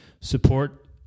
support